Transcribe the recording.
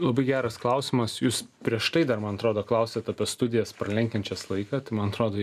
labai geras klausimas jūs prieš tai dar man atrodo klausėt apie studijas pralenkiančias laiką man atrodo